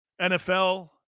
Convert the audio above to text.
NFL